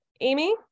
Amy